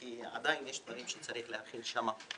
כי עדיין יש דברים שצריך להכין שם.